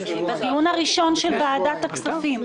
בדיון הראשון של ועדת הכספים.